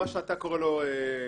מה שאתה קורא לו גמגום,